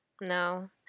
No